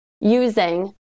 using